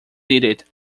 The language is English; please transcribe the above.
needed